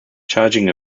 charging